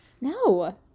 no